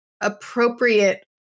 appropriate